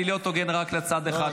להיות הוגן רק לצד אחד של האולם הזה.